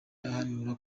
ahanura